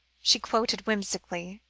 she quoted whimsically.